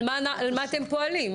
על מה אתם פועלים.